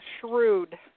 shrewd